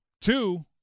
Two